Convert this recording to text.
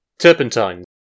turpentine